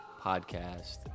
podcast